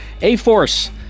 A-Force